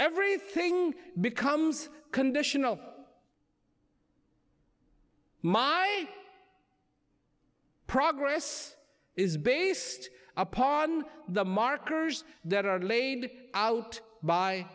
everything becomes conditional my progress is based upon the markers that are laid out by